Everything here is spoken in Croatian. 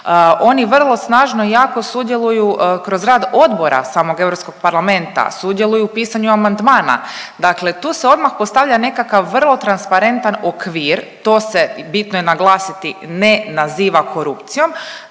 oni vrlo snažno i jako sudjeluju kroz rad odbora samog Europskog parlamenta, sudjeluju u pisanju amandmana, dakle tu se odmah postavlja nekakav vrlo transparentan okvir, to se bitno je naglasiti ne naziva korupcijom,